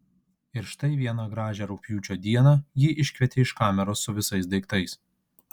ir štai vieną gražią rugpjūčio dieną jį iškvietė iš kameros su visais daiktais